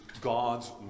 God's